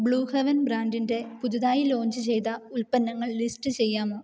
blue heaven ബ്രാൻഡിന്റെ പുതുതായി launch ചെയ്ത ഉൽപ്പന്നങ്ങൾ ലിസ്റ്റ് ചെയ്യാമോ